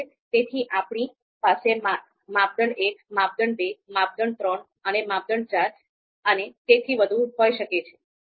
તેથી આપણી પાસે માપદંડ 1 માપદંડ 2 માપદંડ 3 અને માપદંડ 4 અને તેથી વધુ હોઈ શકે છે